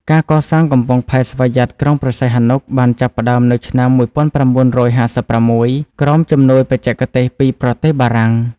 ការកសាងកំពង់ផែស្វយ័តក្រុងព្រះសីហនុបានចាប់ផ្តើមនៅឆ្នាំ ១៩៥៦ ក្រោមជំនួយបច្ចេកទេសពីប្រទេសបារាំង។